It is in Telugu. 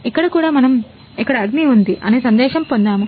ఇక్కడ కూడా మనము ఇక్కడ అగ్ని ఉంది అనే సందేశం పొందాము